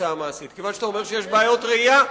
כיוון שאתה אומר שיש בעיות ראייה,